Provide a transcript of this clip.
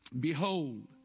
Behold